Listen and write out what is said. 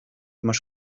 más